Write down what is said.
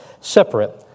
separate